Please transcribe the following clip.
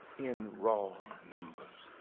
in raw numbers.